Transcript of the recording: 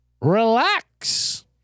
Relax